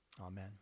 Amen